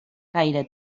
gaire